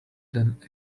than